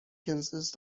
consists